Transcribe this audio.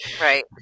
right